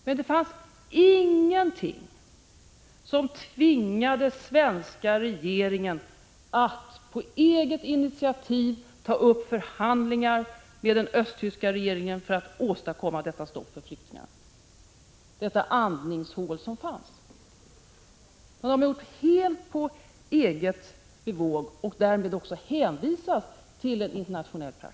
Men det fanns ingenting som tvingade den svenska regeringen att på eget initiativ ta upp förhandlingar med den östtyska regeringen för att åstadkomma detta stopp för flyktingarna och undanröja detta andningshål som fanns för dem. Det har regeringen gjort helt på eget bevåg och därvid hänvisat till en internationell praxis.